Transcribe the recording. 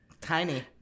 tiny